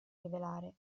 rivelare